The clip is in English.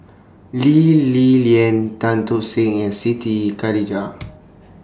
Lee Li Lian Tan Tock Seng and Siti Khalijah